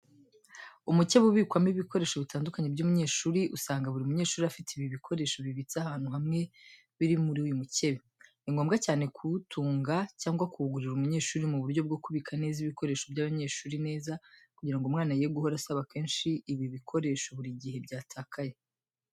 Umukebe ubikwamo ibikoresho bitandukanye by'umunyeshuri, usanga buri munyeshuri afite ibi bikoresho bibitse ahantu hamwe biri muri uyu mukebe. Ni ngombwa cyane kuwutunga cyangwa kuwugurira umunyeshuri mu buryo bwo kubika neza ibikoresho by'abanyeshuri neza kugira ngo umwana ye guhora asaba kenshi ibi bikoresho buri gihe byatakaye.